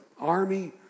army